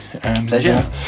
Pleasure